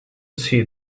see